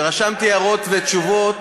ורשמתי הערות ותשובות,